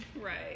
right